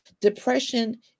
depression